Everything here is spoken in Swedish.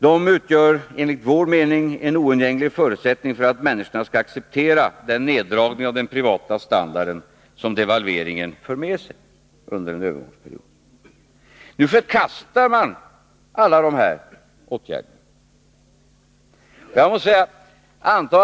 De utgör enligt vår mening en oundgänglig förutsättning för att människorna skall acceptera den neddragning av den privata standarden som devalveringen under en övergångsperiod för med sig. Alla dessa åtgärder förkastas nu.